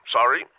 Sorry